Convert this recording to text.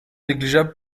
négligeable